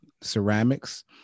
ceramics